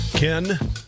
Ken